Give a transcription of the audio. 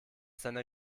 seiner